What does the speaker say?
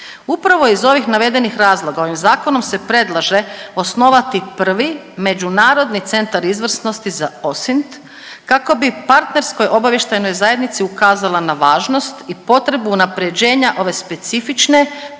Upravo iz ovih navedenih razloga ovim zakonom se predlaže osnovati prvi Međunarodni centar izvrsnosti za OSINT kako bi partnerskoj obavještajnoj zajednici ukazala na važnost i potrebu unaprjeđenja ove specifične